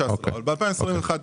ניתן לעניין הזה להמשיך.